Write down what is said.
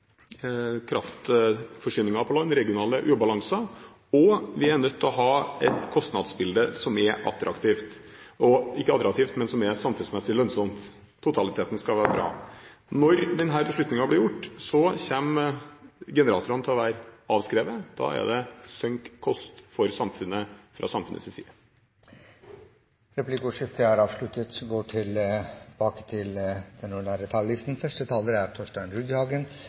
kraftforsyningen på land, regionale ubalanser, og vi er nødt til å ha et kostnadsbilde som er samfunnsmessig lønnsomt – totaliteten skal være bra. Når denne beslutningen blir tatt, kommer generatorene til å være avskrevet, da er det «sunk cost» for samfunnet fra samfunnets side. Replikkordskiftet er